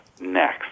next